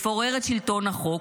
לפורר את שלטון החוק,